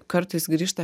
kartais grįžta